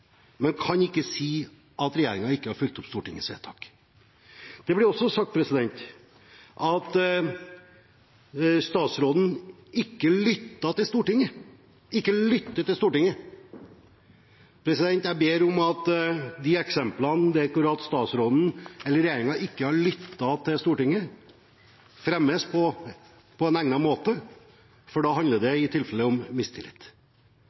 man kan ikke si at regjeringen ikke har fulgt opp Stortingets vedtak. Det ble også sagt at statsråden ikke lytter til Stortinget. Jeg ber om at de eksemplene hvor statsråden – eller regjeringen – ikke har lyttet til Stortinget, fremmes på en egnet måte, for da handler det i tilfelle om mistillit.